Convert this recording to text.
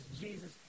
Jesus